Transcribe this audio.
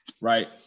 right